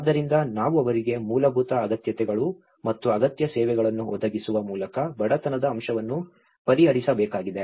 ಆದ್ದರಿಂದ ನಾವು ಅವರಿಗೆ ಮೂಲಭೂತ ಅಗತ್ಯತೆಗಳು ಮತ್ತು ಅಗತ್ಯ ಸೇವೆಗಳನ್ನು ಒದಗಿಸುವ ಮೂಲಕ ಬಡತನದ ಅಂಶವನ್ನು ಪರಿಹರಿಸಬೇಕಾಗಿದೆ